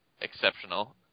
exceptional